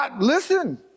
listen